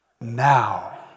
now